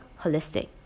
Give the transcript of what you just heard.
holistic